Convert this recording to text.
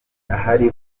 ahari